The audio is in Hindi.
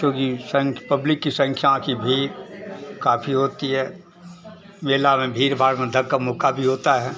क्योंकि शंख पब्लिक की संख्या की भीड़ काफ़ी होती है मेला में भीड़ भाड़ में धक्का मुक्का भी होता है